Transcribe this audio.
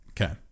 Okay